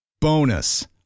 Bonus